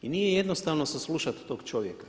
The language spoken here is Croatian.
I nije jednostavno saslušati tog čovjeka.